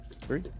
three